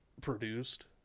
produced